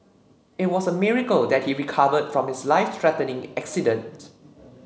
it was a miracle that he recovered from his life threatening accident